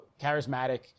charismatic